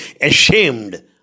ashamed